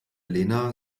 lena